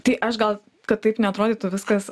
tai aš gal kad taip neatrodytų viskas